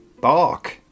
bark